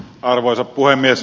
arvoisa puhemies